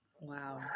Wow